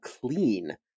clean